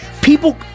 People